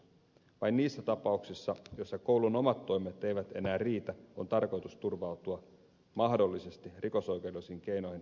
vain niissä tapauksissa joissa koulun omat toimet eivät enää riitä on tarkoitus turvautua mahdollisesti rikosoikeudellisiin keinoihin asioiden hoitamiseksi